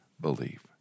believe